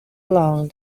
along